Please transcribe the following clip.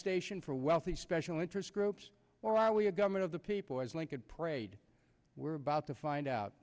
station for wealthy special interest groups or are we a government of the people as lincoln parade we're about to find out